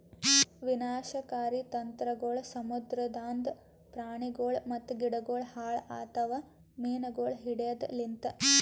ವಿನಾಶಕಾರಿ ತಂತ್ರಗೊಳ್ ಸಮುದ್ರದಾಂದ್ ಪ್ರಾಣಿಗೊಳ್ ಮತ್ತ ಗಿಡಗೊಳ್ ಹಾಳ್ ಆತವ್ ಮೀನುಗೊಳ್ ಹಿಡೆದ್ ಲಿಂತ್